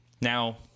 Now